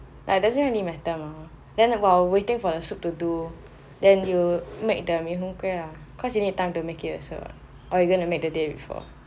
it doesn't really matter mah then while waiting for the soup to do then you make the mee hoon kway ah cause you need time to make it also or you going to make the day before